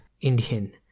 Indian